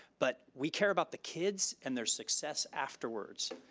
but we care about the kids, and their success afterwards.